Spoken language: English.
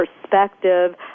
perspective